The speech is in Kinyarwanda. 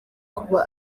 kuba